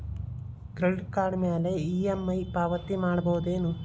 Credit card ಮ್ಯಾಲೆ EMI ಪಾವತಿ ಮಾಡ್ಬಹುದೇನು?